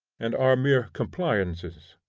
and are mere compliances.